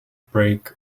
break